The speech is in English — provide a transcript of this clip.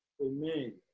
Amen